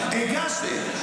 --- הגשנו.